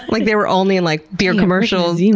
like, they were only in like beer commercials you know